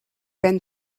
been